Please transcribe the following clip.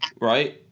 right